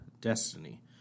Destiny